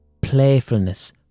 playfulness